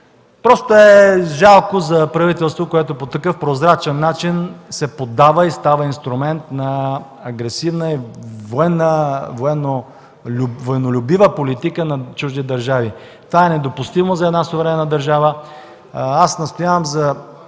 Просто е жалко за правителство, което по такъв прозрачен начин се поддава и става инструмент на агресивна и военнолюбива политика на чужди държави. Това е недопустимо за една суверенна държава. Настоявам за